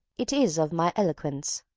it is of my eloquence.